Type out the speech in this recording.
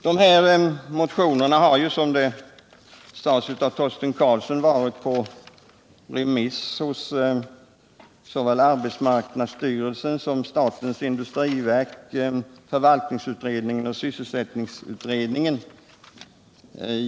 De här motionerna har, som Torsten Karlsson sade, varit på remiss hos arbetsmarknadsstyrelsen, statens industriverk, förvaltningsutredningen och sysselsättningsutredningen.